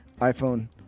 iPhone